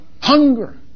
hunger